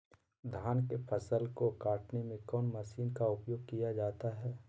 धान के फसल को कटने में कौन माशिन का उपयोग किया जाता है?